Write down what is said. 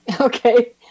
Okay